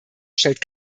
stellt